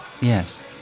Yes